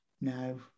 No